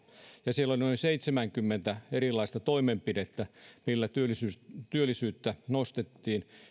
ja siellä noin seitsemänkymmentä erilaista toimenpidettä millä työllisyyttä nostettiin